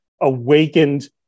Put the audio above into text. awakened